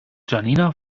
janina